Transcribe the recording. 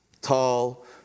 tall